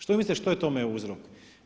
Što vi mislite što je tome uzrok?